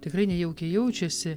tikrai nejaukiai jaučiasi